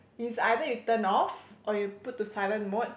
is either you turn off or you put to silent mode